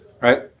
right